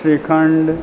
shrikhand